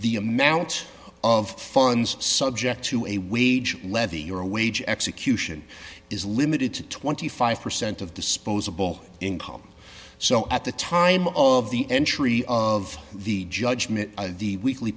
the amount of funds subject to a wage levy or a wage execution is limited to twenty five percent of disposable income so at the time of the entry of the judgement the weekly